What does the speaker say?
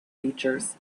features